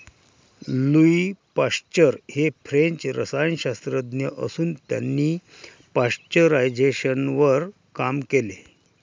Louis Pasteur हे French रसायनशास्त्रज्ञ असून त्यांनी पाश्चरायझेशनवर काम केले